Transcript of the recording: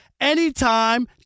anytime